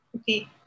Okay